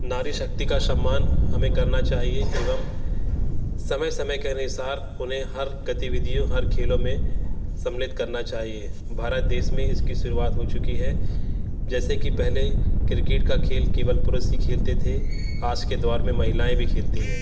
नारी शक्ति का सम्मान हमें करना चाहिए एवं समय समय के अनुसार उन्हें हर गतिविधियों हर खेलों में सम्मिलित करना चाहिए भारत देश में इसकी शुरुवात हो चुकी है जैसे कि पहले क्रिकेट का खेल केवल पुरुष ही खेलते थे आज के दौर में महिलाएं भी खेलती है